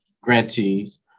grantees